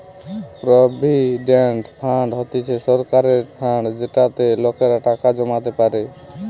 provident fund হতিছে সরকারের fund যেটাতে লোকেরা টাকা জমাতে পারে